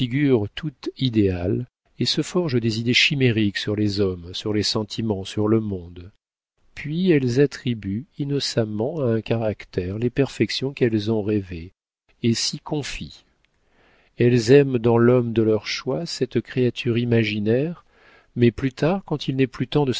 tout idéales et se forgent des idées chimériques sur les hommes sur les sentiments sur le monde puis elles attribuent innocemment à un caractère les perfections qu'elles ont rêvées et s'y confient elles aiment dans l'homme de leur choix cette créature imaginaire mais plus tard quand il n'est plus temps de